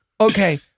Okay